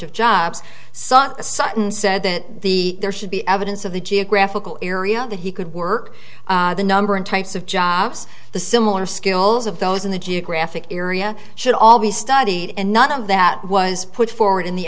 sutton said that the there should be evidence of the geographical area that he could work the number and types of jobs the similar skills of those in the geographic area should all be studied and none of that was put forward in the